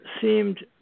seemed